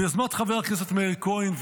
ביוזמת חבר הכנסת מאיר כהן,